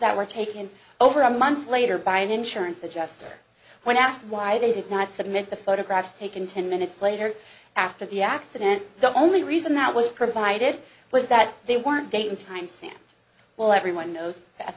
that were taken over a month later by an insurance adjuster when asked why they did not submit the photographs taken ten minutes later after the accident the only reason that was provided was that they weren't date and time stamp well everyone knows